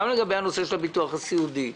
גם לגבי נושא הביטוח הסיעודי,